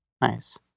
Nice